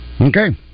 okay